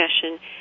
discussion